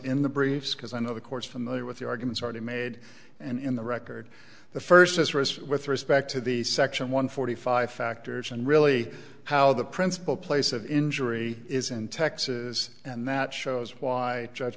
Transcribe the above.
in the briefs because i know the court's familiar with the arguments already made and in the record the first is rest with respect to the section one hundred five factors and really how the principal place of injury is in texas and that shows why judge